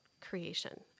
creation